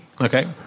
Okay